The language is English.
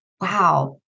wow